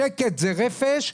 שקט זה רפש.